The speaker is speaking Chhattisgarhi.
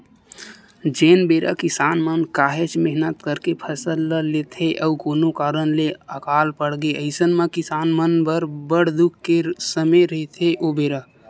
जेन बेरा किसान मन काहेच मेहनत करके फसल ल लेथे अउ कोनो कारन ले अकाल पड़गे अइसन म किसान मन बर बड़ दुख के समे रहिथे ओ बेरा